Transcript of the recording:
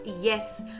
yes